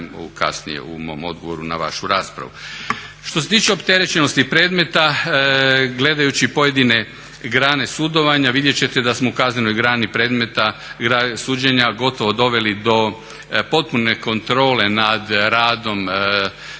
gledajući pojedine grane sudovanja vidjet ćete da smo u kaznenoj grani suđenja gotovo doveli do potpune kontrole nad radom na